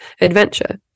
adventure